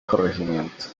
corregimiento